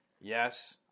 Yes